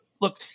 look